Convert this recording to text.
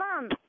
mom